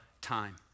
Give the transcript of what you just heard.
time